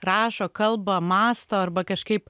rašo kalba mąsto arba kažkaip